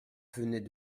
venait